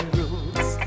Roots